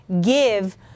give